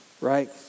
right